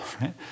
right